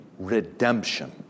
Redemption